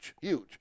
huge